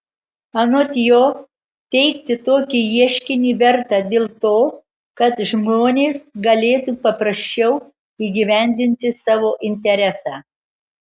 anot jo teikti tokį ieškinį verta dėl to kad žmonės galėtų paprasčiau įgyvendinti savo interesą